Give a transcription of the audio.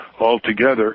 altogether